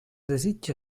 desitge